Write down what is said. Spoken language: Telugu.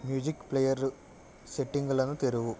మ్యూజిక్ ప్లేయర్ సెట్టింగులను తెరువు